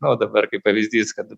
nu dabar kaip pavyzdys kad